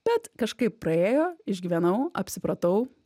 bet kažkaip praėjo išgyvenau apsipratau